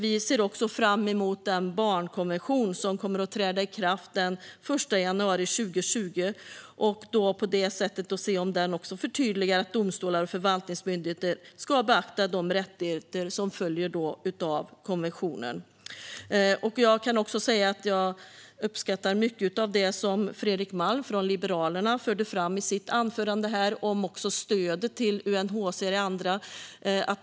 Vi ser också fram emot den barnkonvention som kommer att träda i kraft den 1 januari 2020 och hoppas få se att den också förtydligar att domstolar och förvaltningsmyndigheter ska beakta de rättigheter som följer av konventionen. Jag uppskattar mycket av det som Fredrik Malm från Liberalerna förde fram i sitt anförande om stödet till UNHCR och andra.